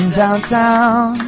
downtown